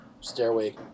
stairway